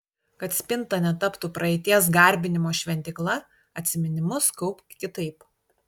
kad spinta netaptų praeities garbinimo šventykla atsiminimus kaupk kitaip